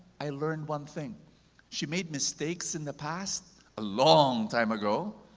i learned one thing she made mistakes in the past a long time ago,